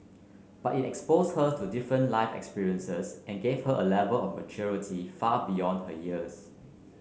but it exposed her to different life experiences and gave her A Level of maturity far beyond her years